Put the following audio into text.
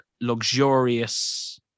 luxurious